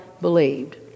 believed